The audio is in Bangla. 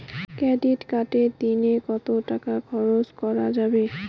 ক্রেডিট কার্ডে দিনে কত টাকা খরচ করা যাবে?